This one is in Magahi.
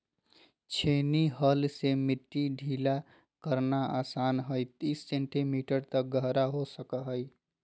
छेनी हल से मिट्टी ढीला करना आसान हइ तीस सेंटीमीटर तक गहरा हो सको हइ